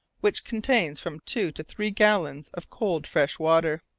which contains from two to three gallons of cold fresh water.